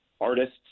artists